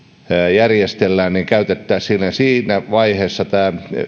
järjestellään että käytettäisiin siinä siinä vaiheessa tämä